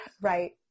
Right